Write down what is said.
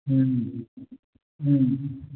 ꯎꯝ ꯎꯝ